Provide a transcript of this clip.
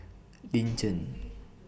Lin Chen